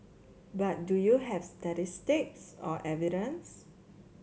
but do you have statistics or evidence